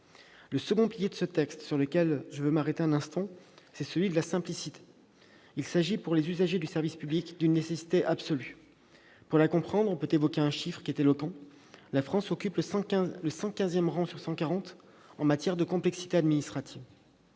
Le second pilier de ce texte sur lequel je souhaite m'arrêter un instant est celui de la simplicité. Il s'agit, pour les usagers du service public, d'une nécessité absolue. Pour la comprendre, on peut évoquer un chiffre éloquent : la France occupe le cent quinzième rang- sur cent quarante -en matière de complexité administrative.